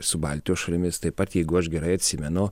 su baltijos šalimis taip pat jeigu aš gerai atsimenu